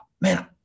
man